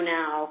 now